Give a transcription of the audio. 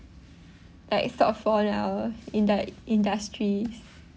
like sort of in the industries